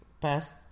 past